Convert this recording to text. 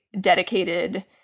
dedicated